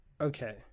Okay